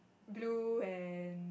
blue and